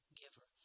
giver